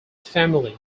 family